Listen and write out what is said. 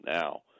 now